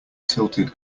tilted